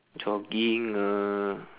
jogging uh